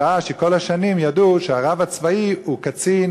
בשעה שכל השנים ידעו שהרב הצבאי הוא קצין